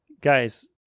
Guys